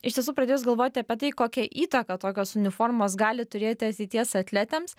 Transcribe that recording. iš tiesų pradėjus galvoti apie tai kokią įtaką tokios uniformos gali turėti ateities atletėms